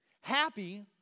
Happy